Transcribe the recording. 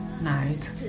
night